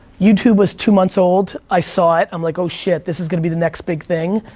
youtube was two months old. i saw it, i'm like oh shit, this is gonna be the next big thing,